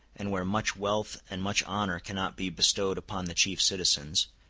and where much wealth and much honor cannot be bestowed upon the chief citizens,